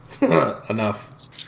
enough